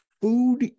Food